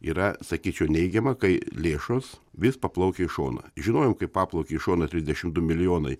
yra sakyčiau neigiama kai lėšos vis paplaukia į šoną žinojom kaip paplaukė į šonątrisdešimt du milijonai